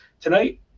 tonight